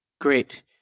Great